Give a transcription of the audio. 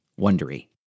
Wondery